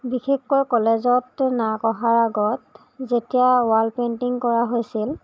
বিশেষকৈ কলেজত নাক অহাৰ আগত যেতিয়া ৱাল পেইন্টিং কৰা হৈছিল